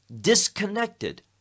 disconnected